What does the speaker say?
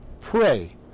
pray